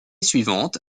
suivante